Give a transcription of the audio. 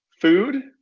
food